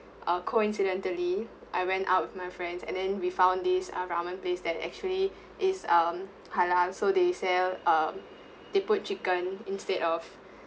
uh coincidentally I went out with my friends and then we found these are ramen place that actually is uh halal so they sell a um they put chicken instead of